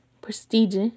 prestige